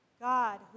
God